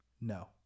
no